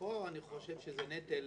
פה אני חושב שזה נטל